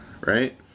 right